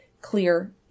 clear